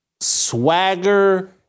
swagger